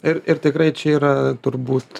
ir ir tikrai čia yra turbūt